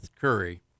Curry